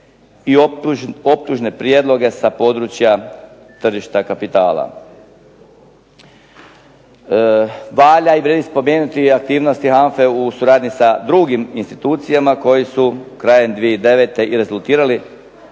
i optužne prijedloge sa područja tržišta kapitala. Valja i vrijedi spomenuti i aktivnosti HANFA-e u suradnji sa drugim institucijama koji su krajem 2009. i rezultirali